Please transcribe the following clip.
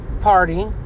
party